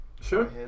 Sure